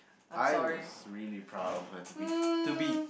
I was really proud of her to be to be